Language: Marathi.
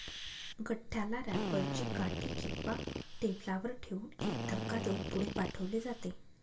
गठ्ठ्याला रॅपर ची काठी किंवा टेबलावर ठेवून एक धक्का देऊन पुढे पाठवले जाते